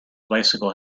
bicycle